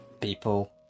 people